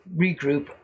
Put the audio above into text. regroup